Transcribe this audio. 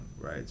right